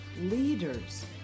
Leaders